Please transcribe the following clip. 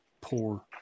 poor